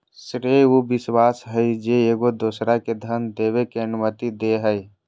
श्रेय उ विश्वास हइ जे एगो दोसरा के धन देबे के अनुमति दे हइ